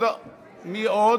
מי עוד?